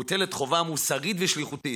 מוטלת חובה מוסרית ושליחותית